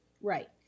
Right